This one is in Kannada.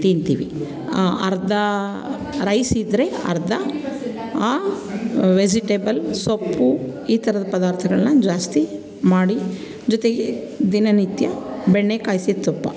ತಿಂತೀವಿ ಅರ್ದ ರೈಸ್ ಇದ್ದರೆ ಅರ್ಧ ಆ ವೆಜಿಟೇಬಲ್ ಸೊಪ್ಪು ಈ ಥರದ್ದು ಪದಾರ್ಥಗಳನ್ನ ಜಾಸ್ತಿ ಮಾಡಿ ಜೊತೆಗೆ ದಿನನಿತ್ಯ ಬೆಣ್ಣೆ ಕಾಯ್ಸಿದ ತುಪ್ಪ